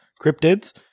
cryptids